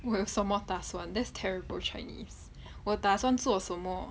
我有什么打算 that is terrible chinese 我打算做什么